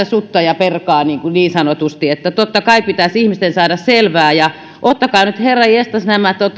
sutta ja perkaa niin sanotusti totta kai pitäisi ihmisten saada selvää ottakaa nyt herranjestas